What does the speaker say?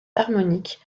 harmonique